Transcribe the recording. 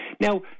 Now